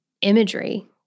imagery